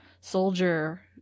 soldier